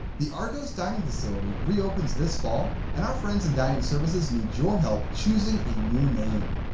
the argos dining facility reopens this fall and our friends in dining services need your help choosing a new name!